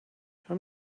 how